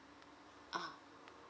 ah